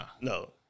No